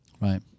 Right